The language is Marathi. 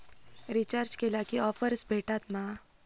रिचार्ज केला की ऑफर्स भेटात मा?